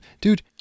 dude